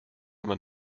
man